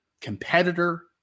competitor